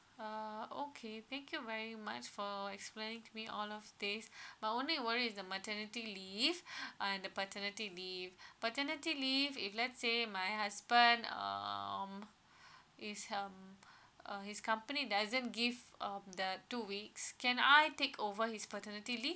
uh okay thank you very much for explaining to me all of these but only worries is the maternity leave and the paternity leave paternity leave if let's say my husband um is um uh his company doesn't give um the two weeks can I take over his paternity leave